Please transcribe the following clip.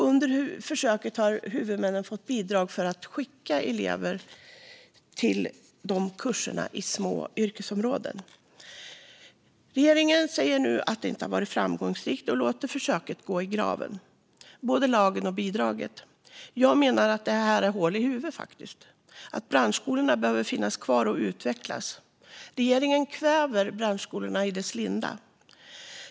Under försöket har huvudmän fått bidrag för att skicka elever på kurser inom små yrkesområden. Regeringen säger nu att försöket inte har varit framgångsrikt och låter både lagen och bidraget gå i graven. Jag menar att detta är hål i huvudet och att branschskolorna behöver finnas kvar och utvecklas. Regeringen ser till att branschskolorna kvävs i sin linda.